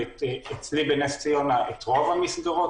אצלי בנס ציונה פתחנו את רוב המסגרות.